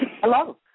Hello